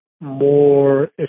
More